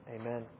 Amen